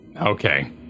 Okay